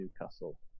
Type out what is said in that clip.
Newcastle